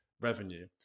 revenue